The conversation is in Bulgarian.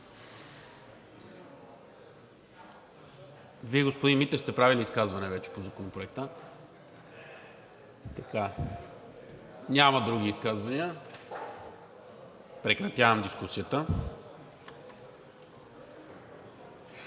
Вие, господин Митев, вече сте правили изказване по Законопроекта. Няма други изказвания. Прекратявам дискусията.